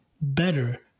better